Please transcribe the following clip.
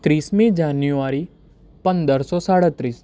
ત્રીસમી January પંદરસો સાડત્રીસ